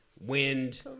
Wind